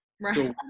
Right